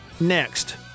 Next